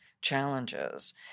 challenges